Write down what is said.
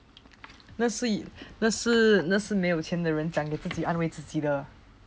那是一那是那是没有钱的人讲的自己安慰自己的